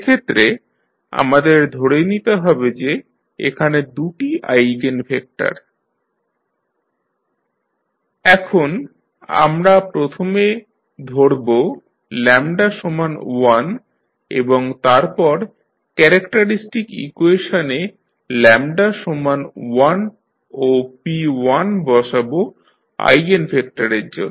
সেক্ষেত্রে আমাদের ধরে নিতে হবে যে এখানে দু'টি eigenvector p1p11 p21 p2p12 p22 এখন প্রথমে আমরা ধরব 11 এবং তারপর ক্যারেক্টারিস্টিক ইকুয়েশনে 11ও p1 বসাব আইগেনভেক্টরের জন্য